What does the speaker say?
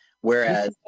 Whereas